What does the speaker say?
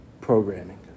programming